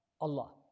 Allah